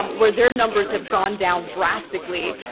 where their numbers have gone down drastically.